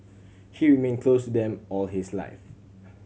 he remained close to them all his life